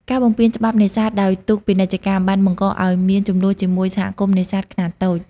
ការបំពានច្បាប់ នេសាទដោយទូកពាណិជ្ជកម្ម បានបង្កឱ្យមានជម្លោះជាមួយសហគមន៍នេសាទខ្នាតតូច។